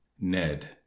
Ned